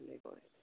তেনেকুৱাই